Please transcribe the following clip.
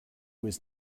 was